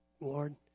Lord